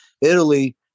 Italy